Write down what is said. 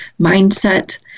mindset